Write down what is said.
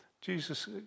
Jesus